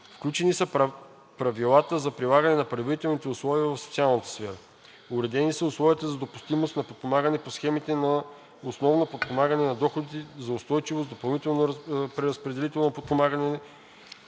Включени са правилата за прилагане на предварителните условия в социалната сфера. Уредени са условията за допустимост на подпомагането по схемите за основно подпомагане на доходите за устойчивост, допълнително преразпределително подпомагане